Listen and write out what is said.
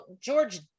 george